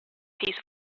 piece